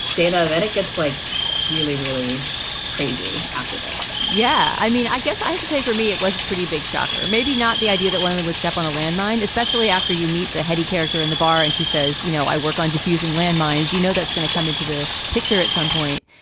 dana, that and it gets like really, really crazy after this yeah. i mean, i guess i have to say for me, it was a pretty big shock or maybe not the idea that one of them would step on a landmine, especially after you meet the heady character in the bar. and she says, you know, i work on defusing landmines. you know, that's going to come into the picture at some point.